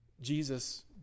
Jesus